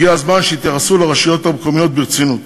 הגיע הזמן שיתייחסו לרשויות המקומיות ברצינות,